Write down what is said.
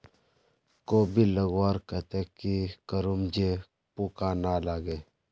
कोबी लगवार केते की करूम जे पूका ना लागे?